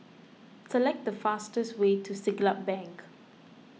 select the fastest way to Siglap Bank